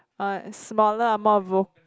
err smaller amount of